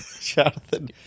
Jonathan